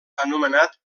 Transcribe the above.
anomenat